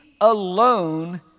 alone